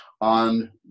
on